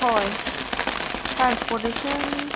हय ट्रान्सपोटेशन